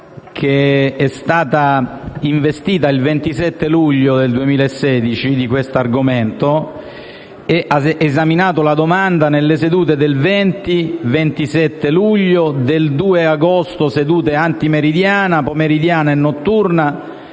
che è stata investita il 27 luglio 2016 di questo argomento ed ha esaminato la domanda nelle sedute del 27 luglio, del 2 agosto nelle sedute antimeridiana, pomeridiana e notturna,